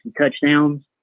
touchdowns